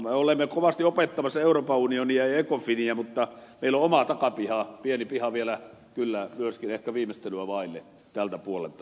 me olemme kovasti opettamassa euroopan unionia ja ecofiniä mutta meillä on oma takapiha pieni piha vielä kyllä myöskin ehkä viimeistelyä vaille tältä puolelta